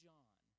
John